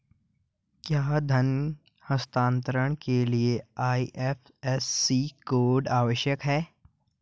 क्या धन हस्तांतरण के लिए आई.एफ.एस.सी कोड आवश्यक है?